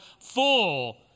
full